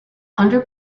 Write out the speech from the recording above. under